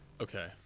okay